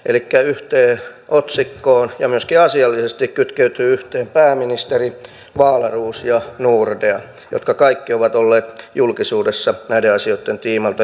elikkä yhteen otsikkoon ja myöskin asiallisesti kytkeytyy yhteen pääministeri wahlroos ja nordea jotka kaikki ovat olleet julkisuudessa näiden asioitten tiimoilta